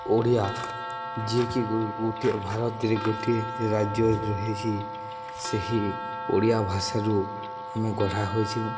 ଓଡ଼ିଆ ଯିଏକି ଗୋଟିଏ ଭାରତରେ ଗୋଟିଏ ରାଜ୍ୟ ରହିଛି ସେହି ଓଡ଼ିଆ ଭାଷାରୁ ଆମେ ଗଢ଼ା ହୋଇଛୁ